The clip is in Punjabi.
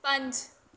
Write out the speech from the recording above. ਪੰਜ